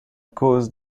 cause